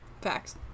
facts